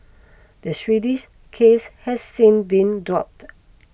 the Swedish case has since been dropped